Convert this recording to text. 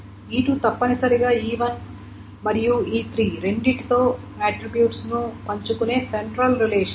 E2 తప్పనిసరిగా E1 మరియు E3 రెండింటితో ఆట్రిబ్యూట్స్ ను పంచుకునే సెంట్రల్ రిలేషన్